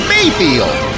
Mayfield